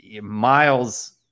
Miles